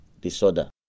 disorder